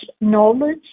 knowledge